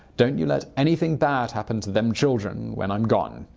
don't you let anything bad happen to them children when i'm gone.